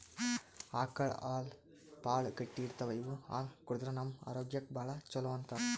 ಆಕಳ್ ಹಾಲ್ ಭಾಳ್ ಗಟ್ಟಿ ಇರ್ತವ್ ಇವ್ ಹಾಲ್ ಕುಡದ್ರ್ ನಮ್ ಆರೋಗ್ಯಕ್ಕ್ ಭಾಳ್ ಛಲೋ ಅಂತಾರ್